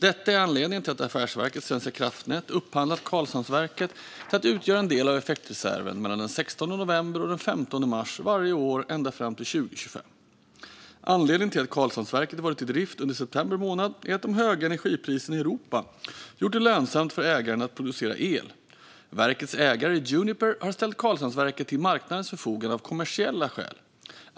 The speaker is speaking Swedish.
Detta är anledningen till att Affärsverket svenska kraftnät har upphandlat att Karlhamnsverket ska utgöra del av effektreserven mellan den 16 november och den 15 mars varje år ända fram till 2025. Anledningen till att Karlshamnsverket har varit i drift under september månad är att de höga energipriserna i Europa har gjort det lönsamt för ägaren att producera el. Verkets ägare Uniper har ställt Karlshamnsverket till marknadens förfogande av kommersiella skäl.